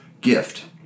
gift